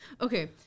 Okay